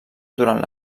durant